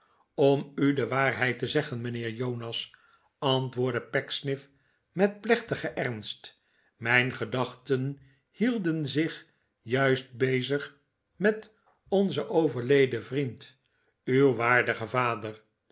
om u de waarheid te zeggen mijnheer jonas antwoordde pecksniff met plechtigen ernst mijn gedachten hielden zich juist bezig met onzen overleden vriend uw waardigen vader